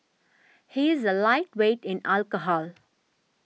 he is a lightweight in alcohol